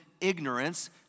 ignorance